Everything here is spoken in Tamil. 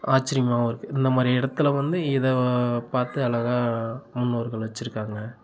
ஆச்சரியமாவும் இருக்குது இந்தமாதிரி இடத்துல வந்து இதை பார்த்து அழகா முன்னோர்கள் வச்சிருக்காங்க